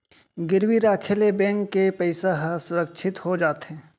गिरवी राखे ले बेंक के पइसा ह सुरक्छित हो जाथे